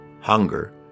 hunger